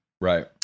Right